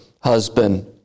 husband